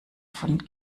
von